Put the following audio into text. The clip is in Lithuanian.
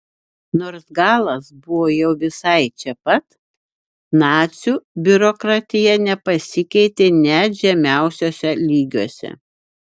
nors galas buvo jau visai čia pat nacių biurokratija nepasikeitė net žemiausiuose lygiuose